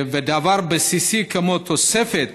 ודבר בסיסי כמו תוספת